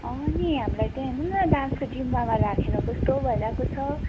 नि हामीलाई त हेर्नु न डान्सको जिम्मामा राखेर कस्तो भइरहेको छ